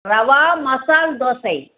ரவை மசால் தோசை